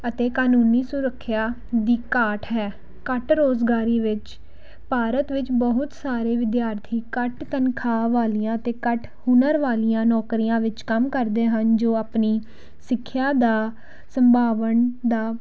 ਅਤੇ ਕਾਨੂੰਨੀ ਸੁਰੱਖਿਆ ਦੀ ਘਾਟ ਹੈ ਘੱਟ ਰੁਜ਼ਗਾਰੀ ਵਿੱਚ ਭਾਰਤ ਵਿੱਚ ਬਹੁਤ ਸਾਰੇ ਵਿਦਿਆਰਥੀ ਘੱਟ ਤਨਖਾਹ ਵਾਲੀਆਂ ਅਤੇ ਘੱਟ ਹੁਨਰ ਵਾਲੀਆਂ ਨੌਕਰੀਆਂ ਵਿੱਚ ਕੰਮ ਕਰਦੇ ਹਨ ਜੋ ਆਪਣੀ ਸਿੱਖਿਆ ਦਾ ਸੰਭਾਵਨਾ ਦਾ